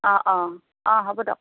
অ' অ' অ' হ'ব দক